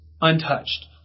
untouched